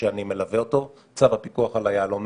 שאני מלווה אותו צו הפיקוח על היהלומים.